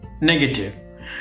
negative